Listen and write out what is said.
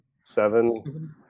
seven